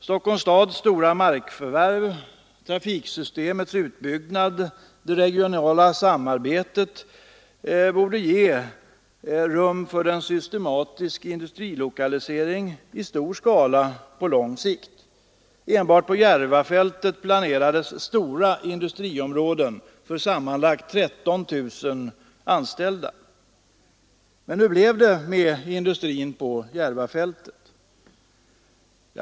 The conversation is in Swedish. Stockholms stads stora markförvärv, trafiksystemets utbyggnad och det regionala samarbetet borde ge rum för en systematisk industrilokalisering i stor skala på lång sikt. Enbart på Järvafältet planerades stora industriområden för sammanlagt 13 000 anställda. Men hur blev det med industrin på Järvafältet?